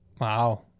Wow